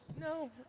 no